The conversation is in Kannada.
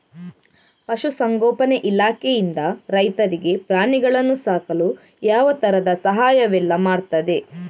ಪಶುಸಂಗೋಪನೆ ಇಲಾಖೆಯಿಂದ ರೈತರಿಗೆ ಪ್ರಾಣಿಗಳನ್ನು ಸಾಕಲು ಯಾವ ತರದ ಸಹಾಯವೆಲ್ಲ ಮಾಡ್ತದೆ?